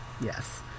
Yes